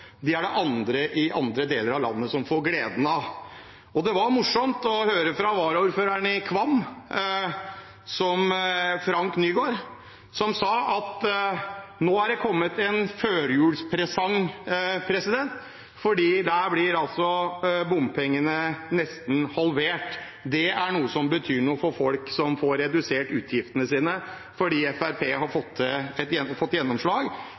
er det andre i andre deler av landet som får glede av. Det var morsomt å høre varaordføreren i Kvam, Frode Nygård, som sa at det nå var kommet en førjulspresang, for der blir bompengene nesten halvert. Det er noe som betyr noe for folk, som får redusert utgiftene sine fordi Fremskrittspartiet har